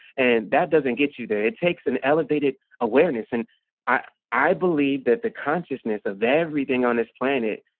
and that doesn't get you there. it takes an elevated awareness. and i i believe that the consciousness of everything on this planet,